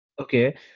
Okay